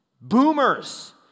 Boomers